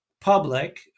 public